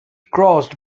crossed